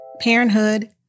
parenthood